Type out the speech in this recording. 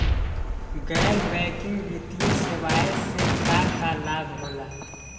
गैर बैंकिंग वित्तीय सेवाएं से का का लाभ होला?